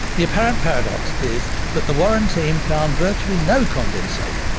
the apparent paradox is that the warren team found virtually no condensate,